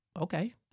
Okay